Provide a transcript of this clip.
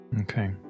Okay